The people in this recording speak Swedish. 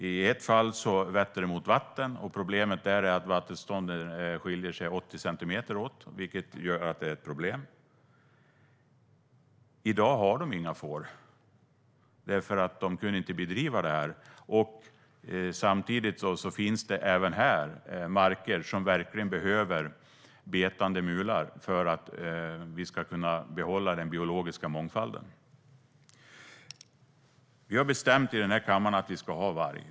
I ett fall var angreppet mot vattnet. Problemet där är att vattenståndet kan skilja sig åt med 80 centimeter. I dag har Gunilla och Valter inga får därför att de inte kan bedriva fårskötsel. Samtidigt finns även här marker som verkligen behöver betande mular för att vi ska kunna behålla den biologiska mångfalden. Vi har här i kammaren bestämt att det ska finnas varg.